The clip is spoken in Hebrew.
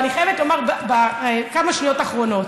ואני חייבת לומר בכמה שניות האחרונות: